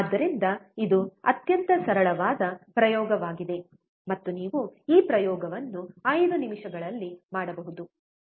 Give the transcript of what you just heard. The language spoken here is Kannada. ಆದ್ದರಿಂದ ಇದು ಅತ್ಯಂತ ಸರಳವಾದ ಪ್ರಯೋಗವಾಗಿದೆ ಮತ್ತು ನೀವು ಈ ಪ್ರಯೋಗವನ್ನು 5 ನಿಮಿಷಗಳಲ್ಲಿ ಮಾಡಬಹುದು